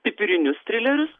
pipirinius trilerius